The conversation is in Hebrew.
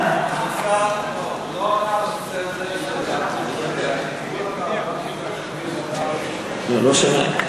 הוא לא ענה לי על נושא, אני לא שומע.